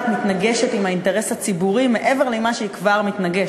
מתנגשת עם האינטרס הציבורי מעבר למה שהיא כבר מתנגשת.